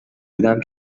بودم